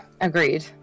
agreed